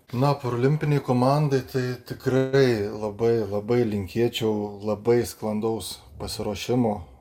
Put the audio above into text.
na parolimpinei komandai tai tikrai labai labai linkėčiau labai sklandaus pasiruošimo